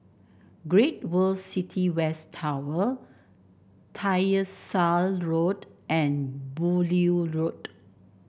Great World City West Tower Tyersall Road and Beaulieu Road